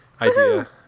idea